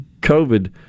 COVID